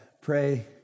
pray